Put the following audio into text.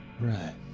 Right